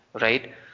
right